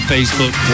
Facebook